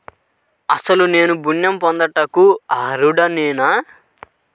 అసలు నేను ఋణం పొందుటకు అర్హుడనేన?